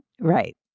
Right